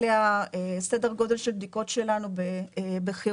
אלה סדר-גודל של בדיקות שלנו בחירום.